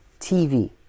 TV